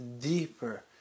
deeper